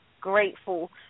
grateful